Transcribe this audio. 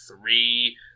three